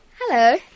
Hello